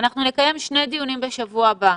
אנחנו נקיים שני דיונים בשבוע הבא: